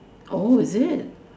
oh is it